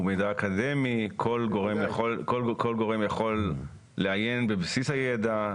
הוא מידע אקדמי וכל גורם יכול לעיין בבסיס הידע,